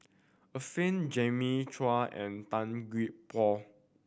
Arifin Jimmy Chok and Tan Gee Paw